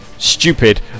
stupid